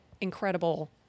incredible